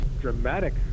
dramatic